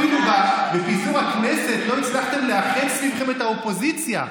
אפילו בפיזור הכנסת לא הצלחתם לאחד סביבכם את האופוזיציה.